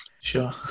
sure